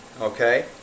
okay